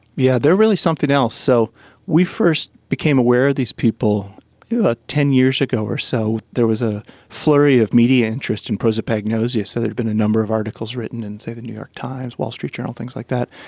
yeah are really something else. so we first became aware of these people ah ten years ago or so. there was a flurry of media interest in prosopagnosia, so had been a number of articles written in, say, the new york times, wall street journal, things like that,